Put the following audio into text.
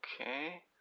Okay